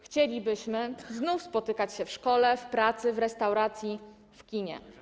Chcielibyśmy znów spotykać się w szkole, w pracy, w restauracji, w kinie.